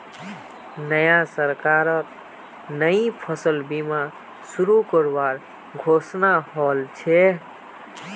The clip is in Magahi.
नया सरकारत नई फसल बीमा शुरू करवार घोषणा हल छ